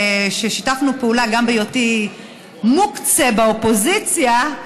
שיתפנו פעולה גם בהיותי מוקצֶה באופוזיציה,